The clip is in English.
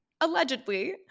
allegedly